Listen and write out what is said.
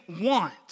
want